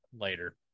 later